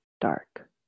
dark